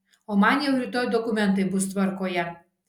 o man jau rytoj dokumentai bus tvarkoje